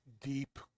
deep